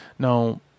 Now